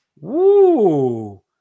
Woo